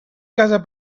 casa